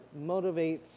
motivates